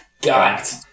got